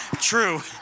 true